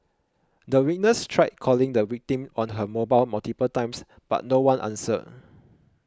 the witness tried calling the victim on her mobile multiple times but no one answered